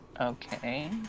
Okay